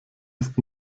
ist